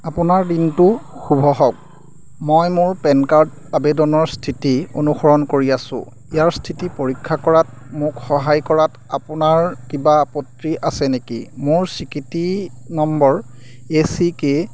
আপোনাৰ দিনটো শুভ হওক মই মোৰ পেন কাৰ্ড আবেদনৰ স্থিতি অনুসৰণ কৰি আছোঁ ইয়াৰ স্থিতি পৰীক্ষা কৰাত মোক সহায় কৰাত আপোনাৰ কিবা আপত্তি আছে নেকি মোৰ স্বীকৃতি নম্বৰ এ চি কে